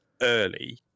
early